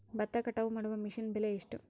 ಭತ್ತ ಕಟಾವು ಮಾಡುವ ಮಿಷನ್ ಬೆಲೆ ಎಷ್ಟು?